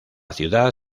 ciudad